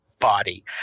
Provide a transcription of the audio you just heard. body